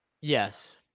yes